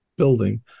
Building